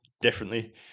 differently